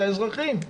זה האזרחים,